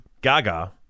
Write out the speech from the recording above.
Gaga